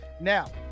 Now